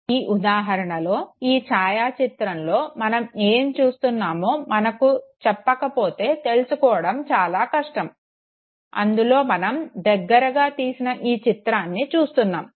ఈ ఉదాహరణలో ఈ ఛాయాచిత్రంలో మనం ఏమి చూస్తునామో మనకు చెప్పకపోతే తెలుసుకోవడం చాలా కష్టము అందులో మనం దగ్గరగా తీసిన చిత్రాన్ని చూస్తున్నాము